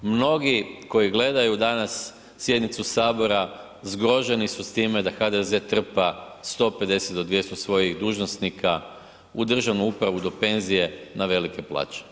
Mnogi koji gledaju danas sjednicu sabora zgroženi su s time da HDZ trpa 150 do 200 svojih dužnosnika u državnu upravu do penzije na velike plaće.